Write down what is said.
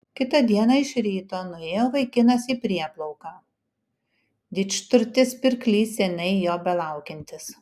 kitą dieną iš ryto nuėjo vaikinas į prieplauką didžturtis pirklys seniai jo belaukiantis